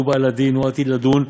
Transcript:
הוא בעל דין והוא עתיד לדון,